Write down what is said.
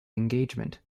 engagement